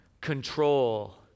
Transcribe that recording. control